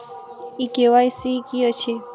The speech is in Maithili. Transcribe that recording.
ई के.वाई.सी की अछि?